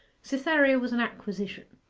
cytherea was an acquisition,